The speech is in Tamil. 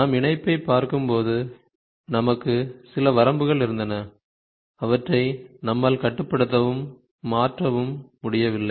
நாம் இணைப்பை பார்க்கும்போது நமக்கு சில வரம்புகள் இருந்தன அவற்றை நம்மால் கட்டுப்படுத்தவும் மாற்றவும் முடியவில்லை